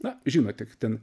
na žinote ten